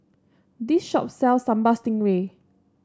this shop sells Sambal Stingray